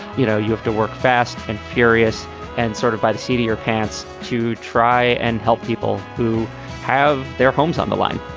you know you have to work fast and furious and sort of by the seat of your pants to try and help people who have their homes on the line.